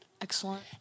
Excellent